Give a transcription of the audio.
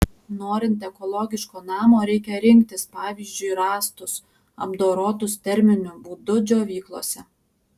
norint ekologiško namo reikia rinktis pavyzdžiui rąstus apdorotus terminiu būdu džiovyklose